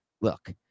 Look